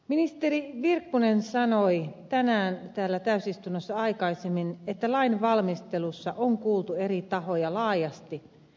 ministeri virkkunen sanoi tänään täällä täysistunnossa aikaisemmin että lain valmistelussa on kuultu eri tahoja laajasti